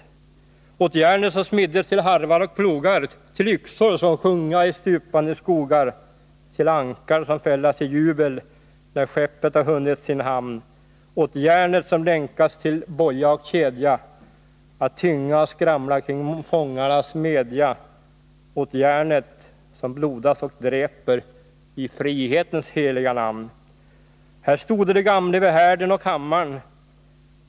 Åt järnet, som smiddes till harvar och plogar, till yxor, som sjunga i stupande skogar, när skeppet har hunnit sin hamn — att tynga och skramla kring fångarnas medja, åt järnet, som blodas och dräper i frihetens heliga namn. Här stodo de gamle vid härden och hammarn.